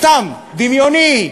סתם, דמיוני,